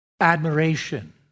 admiration